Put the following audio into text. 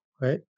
Right